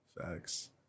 facts